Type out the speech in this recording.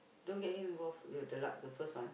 don't get him involved with the la~ the first one